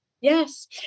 Yes